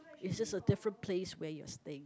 it's just a different place where you're staying